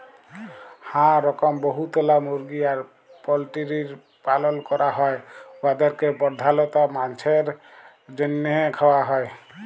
হাঁ রকম বহুতলা মুরগি আর পল্টিরির পালল ক্যরা হ্যয় উয়াদেরকে পর্ধালত মাংছের জ্যনহে খাউয়া হ্যয়